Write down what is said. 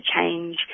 change